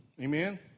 Amen